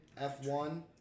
f1